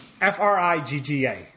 F-R-I-G-G-A